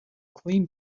clean